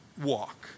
walk